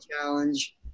challenge